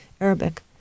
Arabic